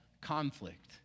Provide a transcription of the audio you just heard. conflict